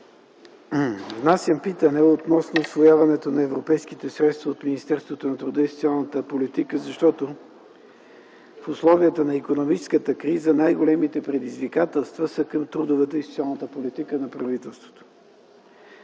Внасям питане относно усвояването на европейските средства от Министерството на труда и социалната политика, защото в условията на икономическа криза най-големите предизвикателства са към трудовата и социална политика на правителството.